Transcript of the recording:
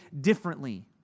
differently